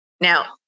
now